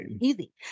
easy